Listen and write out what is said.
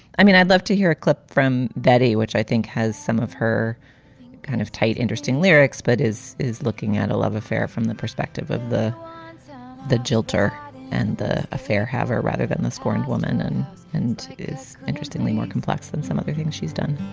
i mean, i'd love to hear a clip from that, which i think has some of her kind of tight, interesting lyrics, but is is looking at a love affair from the perspective of the so the giltner and the affair have ah rather than the scorned woman and and is interestingly more complex than some of the things she's done